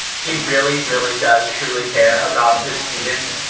he really, really does truly care about his students,